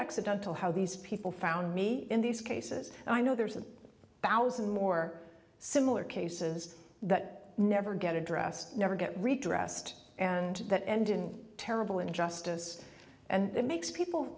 accidental how these people found me in these cases and i know there's a thousand more similar cases that never get addressed never get redressed and that ended in terrible injustice and it makes people